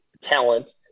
talent